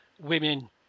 women